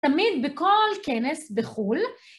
תמיד בכל כנס בחול.